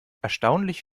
erstaunlich